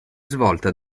svolta